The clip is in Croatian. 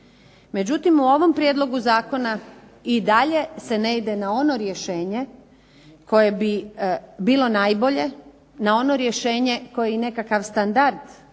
Međutim, u ovom prijedlogu zakona i dalje se ne ide na ono rješenje koje bi bilo najbolje, na ono rješenje koje je nekakav standard